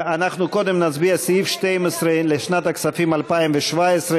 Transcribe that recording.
אנחנו קודם נצביע על סעיף 12 לשנת הכספים 2017,